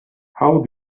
how